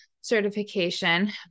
certification